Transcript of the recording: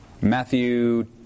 Matthew